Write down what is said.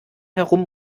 herum